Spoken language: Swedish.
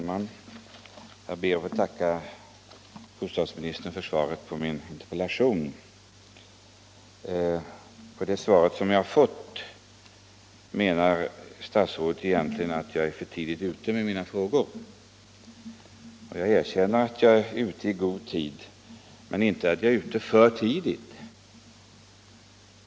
Herr talman! Jag tackar bostadsministern för svaret på min interpellation. Statsrådet säger i sitt svar egentligen att jag är för tidigt ute med mina frågor. Ja, jag erkänner att jag är ute i god tid men inte att jag är ute för tidigt.